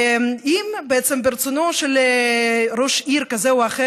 ואם בעצם ברצונו של ראש עיר כזה או אחר